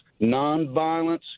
nonviolence